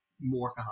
more